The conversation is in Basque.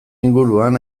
inguruan